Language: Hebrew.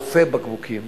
אלפי בקבוקים